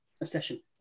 obsession